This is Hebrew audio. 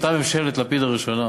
אותה ממשלת לפיד הראשונה,